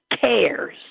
cares